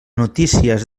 notícies